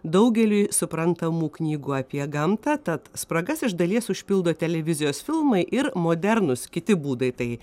daugeliui suprantamų knygų apie gamtą tad spragas iš dalies užpildo televizijos filmai ir modernūs kiti būdai tai